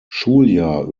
schuljahr